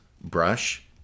brush